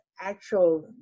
actual